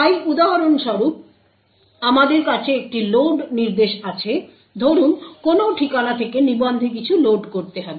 তাই উদাহরণস্বরূপ আমাদের কাছে একটি লোড নির্দেশ আছে ধরুন কোনও ঠিকানা থেকে নিবন্ধে কিছু লোড করতে হবে